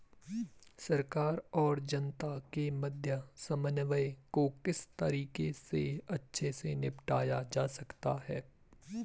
सरकार और जनता के मध्य समन्वय को किस तरीके से अच्छे से निपटाया जा सकता है?